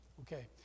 Okay